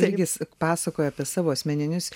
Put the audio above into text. regis pasakoja apie savo asmeninius